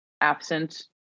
absent